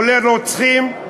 כולל רוצחים,